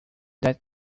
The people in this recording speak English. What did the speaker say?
that